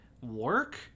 work